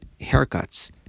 haircuts